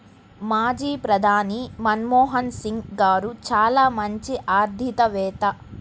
మాజీ ప్రధాని మన్మోహన్ సింగ్ గారు చాలా మంచి ఆర్థికవేత్త